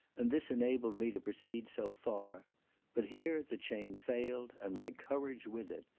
and this enabled me to proceed so far but here the chain failed, and my courage with it,